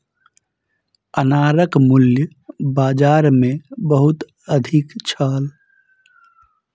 अनारक मूल्य बाजार मे बहुत अधिक छल